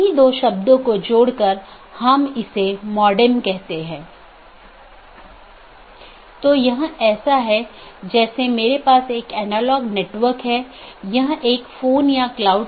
संचार में BGP और IGP का role BGP border gateway protocol और IGP इंटरनेट गेटवे प्रोटोकॉल